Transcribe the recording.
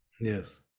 Yes